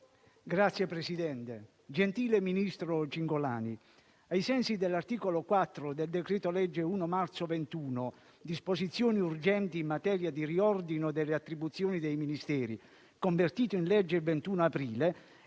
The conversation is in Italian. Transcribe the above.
Signor Presidente, gentile ministro Cingolani, ai sensi dell'articolo 4 del decreto-legge 1° marzo 2021, n. 22, recante «Disposizioni urgenti in materia di riordino delle attribuzioni dei Ministeri», convertito in legge il 21 aprile